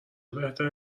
بهترین